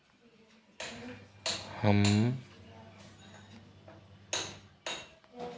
हम आलू को कटाई के बाद सड़ने से कैसे बचा सकते हैं?